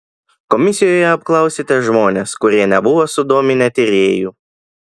komisijoje apklausėte žmones kurie nebuvo sudominę tyrėjų